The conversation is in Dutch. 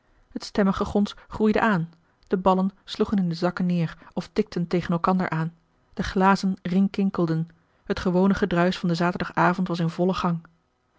het stemmengegons groeide aan de ballen sloegen in de zakken neer of tikten tegen elkander aan de glazen rinkinkelden het gewone gedruisch van den zaterdagavond was in vollen gang